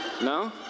No